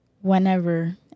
whenever